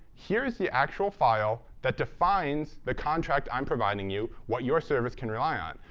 here's the actual file that defines the contract i'm providing you what your service can rely on.